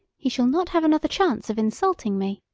he shall not have another chance of insulting me.